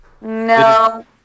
No